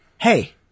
Hey